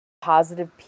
positive